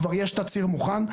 כבר יש תצהיר מוכן,